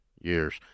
years